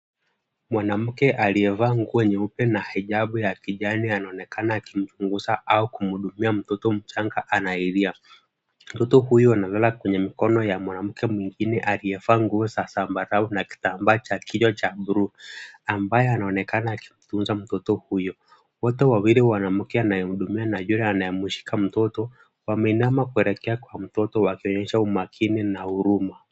Mwanamke aliyevaa nguo nyeupe na hijab ya kijani anaonekana akimchunguza au kumhudumia mtoto mchanga anayelia. Mtoto huyu analala kwenye mkono ya mwanamke mwingine aliyevaa nguo za zambarau na kitambaa cha kichwa cha bluu, ambaye anaonekana akimtunza mtuto huyu. Wote wawili mwanamke anayemhudumia na yule anayemshika mtoto, wameinama kuelekea kwa mtoto wakionyesha umakini na huruma.